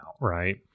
right